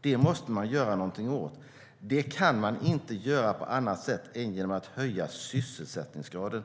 Det måste man göra något åt, och det kan man inte göra på annat sätt än genom att höja sysselsättningsgraden.